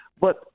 But-